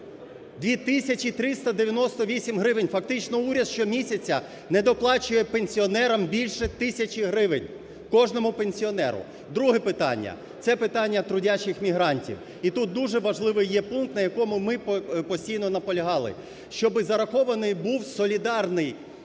398 гривень. Фактично уряд щомісяця не доплачує пенсіонерам більше тисячі гривень, кожному пенсіонеру. Друге питання – це питання трудящих мігрантів. І тут дуже важливий є пункт, на якому ми постійно наполягали, щоби зарахований був солідарний страховий